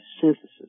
synthesis